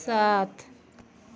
सात